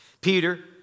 Peter